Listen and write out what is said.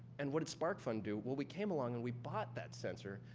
and what does sparkfun do? well, we came along and we bought that sensor,